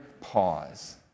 pause